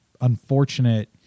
unfortunate